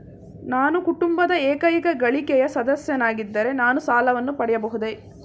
ನಾನು ಕುಟುಂಬದ ಏಕೈಕ ಗಳಿಕೆಯ ಸದಸ್ಯನಾಗಿದ್ದರೆ ನಾನು ಸಾಲವನ್ನು ಪಡೆಯಬಹುದೇ?